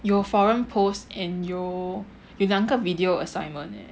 有 forum posts and 有有两个 video assignment eh